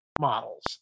models